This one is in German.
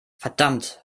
verdammt